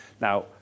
Now